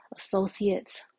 associates